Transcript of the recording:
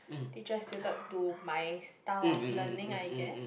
teacher suited to my style of learning I guess